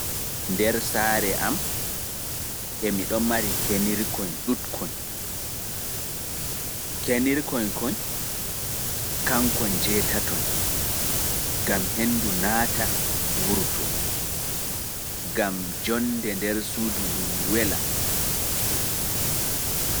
Sare am e woodi kenirɗi kanji jowetati(eight) gam henndu naata wurto wuro ngon.